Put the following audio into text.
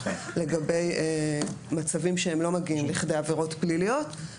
לגבי מצבים שלא מגיעים לכדי עבירות פליליות.